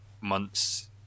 months